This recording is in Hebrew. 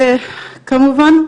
כמובן,